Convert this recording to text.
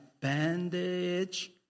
bandage